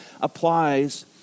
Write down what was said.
applies